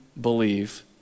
believe